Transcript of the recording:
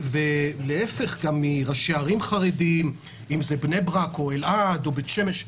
גם ראשי עיר חרדיים מבני ברק, אלעד, בית שמש,